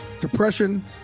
Depression